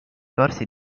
corsi